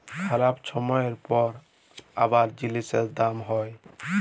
খারাপ ছময়ের পর আবার জিলিসের দাম হ্যয়